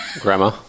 Grandma